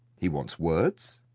he wants words?